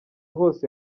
hose